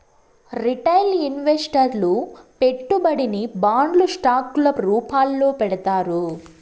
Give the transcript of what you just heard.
retail ఇన్వెస్టర్లు పెట్టుబడిని బాండ్లు స్టాక్ ల రూపాల్లో పెడతారు